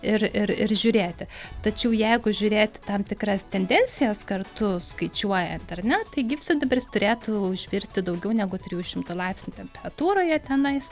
ir ir ir žiūrėti tačiau jeigu žiūrėti tam tikras tendencijas kartu skaičiuojant ar ne tai gyvsidabris turėtų užvirti daugiau negu trijų šimtų laipsnių temperatūroje tenais